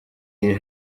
iyi